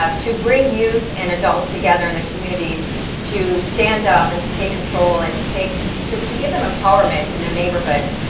um to bring youth and adults together in the communities to stand up and to take control and take to to give them empowerment in their neighborhoods.